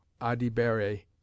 adibere